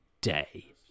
day